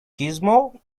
gizmo